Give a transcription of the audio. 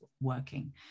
working